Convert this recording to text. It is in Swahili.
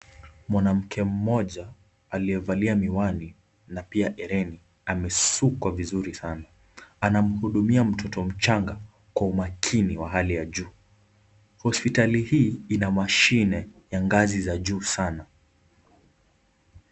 Mwanamke mmoja aliyevalia miwani na pia hirini ameshukwa vizuri sana, anamhudumia mtoto mchanga kwa umakini wa hali ya juu, hospitali hii ina mashine ya ngazi za juu sana.